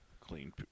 Clean